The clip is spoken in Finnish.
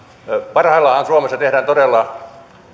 parhaillaanhan suomessa tehdään todella